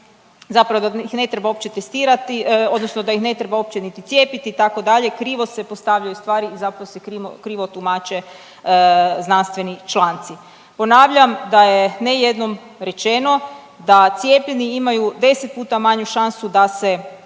zapravo da ih ne treba uopće testirati, odnosno da ih ne treba uopće niti cijepiti itd. krivo se postavljaju stvari i zato se krivo tumače znanstveni članci. Ponavljam da je ne jednom rečeno da cijepljeni imaju 10 puta manju šansu da se